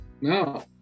no